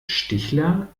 stichler